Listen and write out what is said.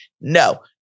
no